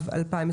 צוהריים טובים.